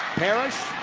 parrish.